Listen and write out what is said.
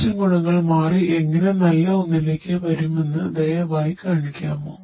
മോശം ഗുണങ്ങൾ മാറി എങ്ങനെ നല്ല ഒന്നിലേക്ക് വരുമെന്ന് ദയവായി കാണിക്കാമോ